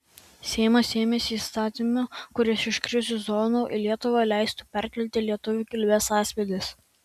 seimas ėmėsi įstatymo kuris iš krizių zonų į lietuvą leistų perkelti lietuvių kilmės asmenis